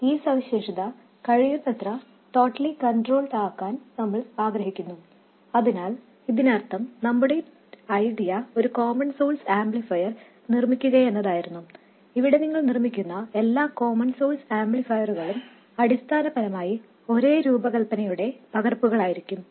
ഈ സവിശേഷത കഴിയുന്നത്ര ടൈറ്റ്ലി കണ്ട്രോൾട് ആകാൻ നമ്മൾ ആഗ്രഹിക്കുന്നു അതിനാൽ ഇതിനർത്ഥം നമ്മുടെ യഥാർത്ഥ ഉദ്ദേശ്യം ഒരു കോമൺ സോഴ്സ് ആംപ്ലിഫയർ നിർമ്മിക്കുകയെന്നതായിരുന്നു ഇവിടെ നിങ്ങൾ നിർമ്മിക്കുന്ന എല്ലാ കോമൺ സോഴ്സ് ആംപ്ലിഫയറുകളും അടിസ്ഥാനപരമായി ഒരേ രൂപകൽപ്പനയുടെ പകർപ്പുകളായിരിക്കും